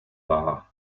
war